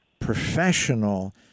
professional